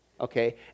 Okay